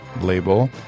label